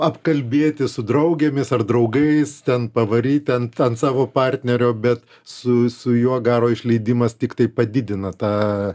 apkalbėti su draugėmis ar draugais ten pavaryti ant ant savo partnerio bet su su juo garo išleidimas tiktai padidina tą